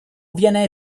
viene